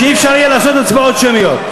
שאי-אפשר יהיה לעשות הצבעות שמיות.